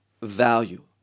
value